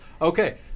Okay